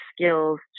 skills